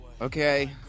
Okay